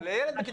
ילדים.